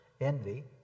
envy